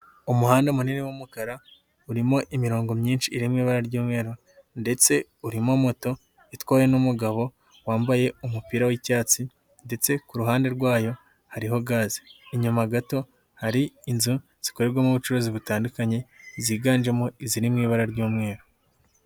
Umuhanda munini w'umukara urimo imirongo myinshi irimo ibara ry'umweru ndetse urimo moto itwawe n'umugabo wambaye umupira w'icyatsi ndetse kuruhande rwayo hariho gaze, inyuma gato hari inzu zikorerwamo ubucuruzi butandukanye ziganjemo iziri mu ibara ry'umweru.